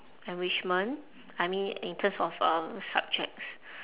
enrichment I mean in terms of um subjects